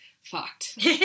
fucked